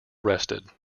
arrested